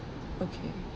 okay